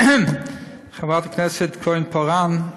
חברת הכנסת כהן-פארן,